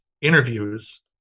interviews